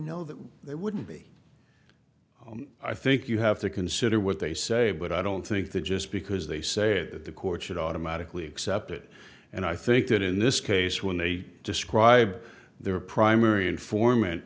know that they wouldn't be i think you have to consider what they say but i don't think that just because they say that the court should automatically accept it and i think that in this case when they describe their primary informant